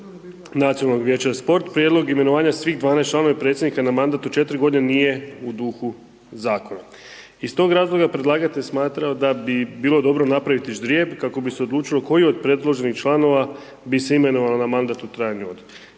prijedlog imenovanja svih 12 članova i predsjednika na mandat od 4 godine nije u dugu zakona. Iz toga razloga predlagatelj je smatrao da bi bilo dobro napraviti ždrijeb kako bi se odlučilo koji od predloženih članova bi se imenovao na mandat u trajanju od